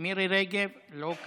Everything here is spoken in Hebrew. מירי רגב, לא כאן,